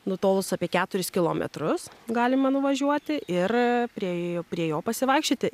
nutolus apie keturis kilometrus galima nuvažiuoti ir prie prie jo pasivaikščioti